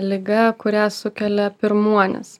liga kurią sukelia pirmuonys